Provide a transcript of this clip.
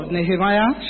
Nehemiah